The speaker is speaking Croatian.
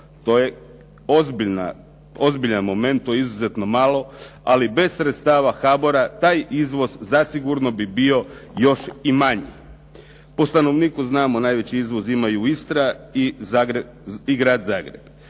To je ozbiljan moment, to je izuzetno malo, ali bez sredstava HBOR-a taj izvoz zasigurno bi bio još i manji. Po stanovniku znamo, najveći izvoz imaju Istra i Grada Zagreb.